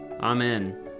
Amen